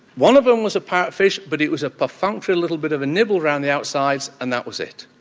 one of them was a parrot fish but it was a perfunctory little bit of a nibble around the outsides and that was it.